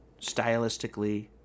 stylistically